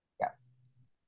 Yes